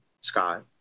Scott